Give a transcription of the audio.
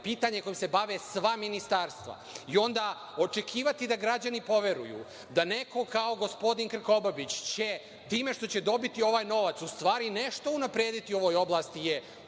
pitanje kojim se bave sva ministarstva i onda očekivati da građani poveruju da neko kao gospodin Krkobabić će time što će dobiti ovaj novac u stvari nešto unaprediti u ovoj oblasti